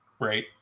Right